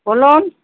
বলুন